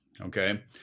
Okay